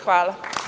Hvala.